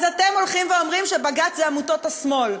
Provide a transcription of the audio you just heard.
אז אתם הולכים ואומרים שבג"ץ זה עמותות השמאל.